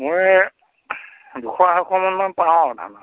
মোৰ দুশ আঢ়ৈশ মান পাওঁ আৰু ধানৰ